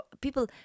people